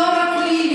לא רק לי,